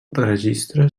registre